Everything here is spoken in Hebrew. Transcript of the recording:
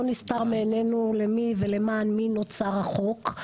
לא נסתר מעינינו למי ולמען מי נוצר החוק,